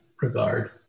regard